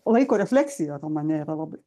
laiko refleksija romane yra labai